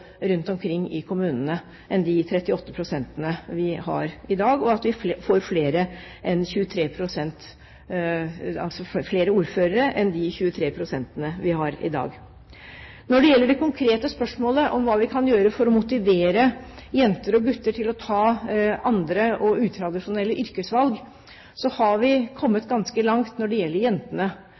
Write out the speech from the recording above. rundt omkring i kommunene, enn de 38 pst. vi har i dag, og at vi får flere kvinnelige ordførere enn de 23 pst. vi har i dag. Når det gjelder det konkrete spørsmålet om hva vi kan gjøre for å motivere jenter og gutter til å ta andre og utradisjonelle yrkesvalg, så har vi kommet ganske langt når det gjelder jentene.